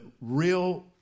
real